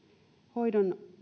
hoidon